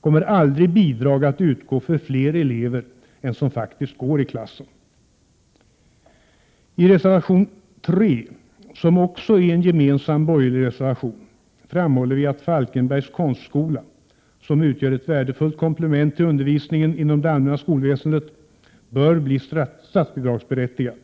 kommer aldrig bidrag att utgå för fler elever än som faktiskt går Anslag till fristående framhåller vi att Falkenbergs konstskola, som utgör ett värdefullt komplement till undervisningen inom det allmänna skolväsendet, bör bli statsbidragsberättigad.